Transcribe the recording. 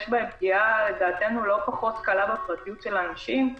יש בהן פגיעה לא פחות קלה בפרטיות של האנשים,